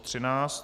13.